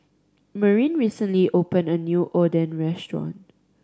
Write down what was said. Marin recently opened a new Oden restaurant